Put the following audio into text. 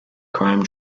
crime